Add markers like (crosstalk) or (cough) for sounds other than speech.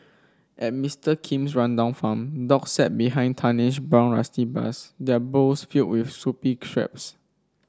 at Mister Kim's rundown farm dogs sat behind tarnished brown rusty bars their bowls filled with soupy (unintelligible)